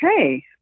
okay